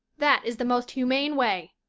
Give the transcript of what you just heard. that is the most humane way.